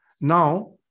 now